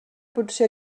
potser